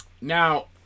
now